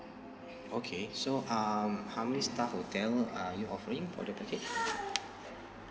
okay so um how many star hotel are you offering for the package